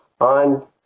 on